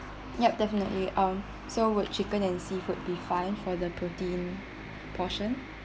ya definitely um these options so would chicken and seafood be fine for the protein portion